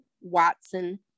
Watson